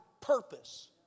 purpose